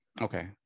Okay